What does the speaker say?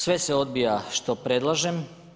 Sve se odbija što predlažem.